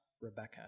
Rebecca